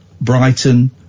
Brighton